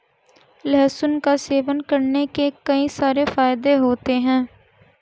लहसुन का सेवन करने के कई सारे फायदे होते है